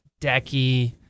decky